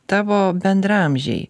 tavo bendraamžiai